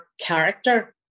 character